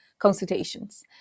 consultations